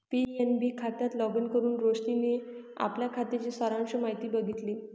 PNB खात्यात login करुन रोशनीने आपल्या खात्याची सारांश माहिती बघितली